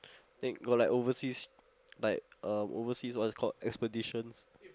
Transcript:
then got like overseas like um overseas what is it called expeditions